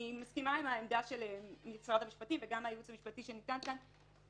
אני מסכימה עם עמדת משרד המשפטים וגם עם הייעוץ המשפטי שניתנה כאן.